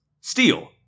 steel